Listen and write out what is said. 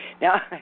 Now